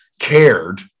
cared